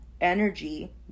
energy